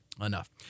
enough